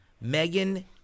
Megan